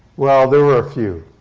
well, there were a few.